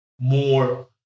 more